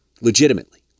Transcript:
Legitimately